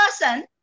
person